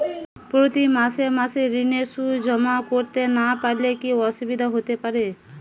প্রতি মাসে মাসে ঋণের সুদ জমা করতে না পারলে কি অসুবিধা হতে পারে?